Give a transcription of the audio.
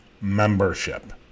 membership